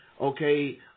okay